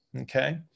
Okay